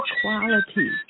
quality